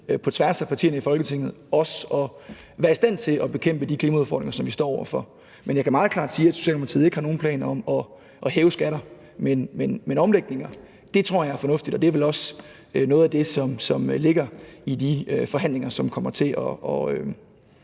på tværs af partierne i Folketinget, at være i stand til at bekæmpe de klimaudfordringer, som vi står over for. Men jeg kan meget klart sige, at Socialdemokratiet ikke har nogen planer om at hæve skatter, men omlægninger tror jeg er fornuftigt, og det er vel også noget af det, som ligger i de forhandlinger, som kommer til at